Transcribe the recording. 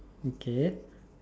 okay